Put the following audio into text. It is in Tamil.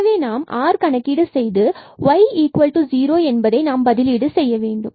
எனவே நாம் rஐ கணக்கீடு செய்து y0 என்பதை நாம் பதிலீடு செய்ய வேண்டும்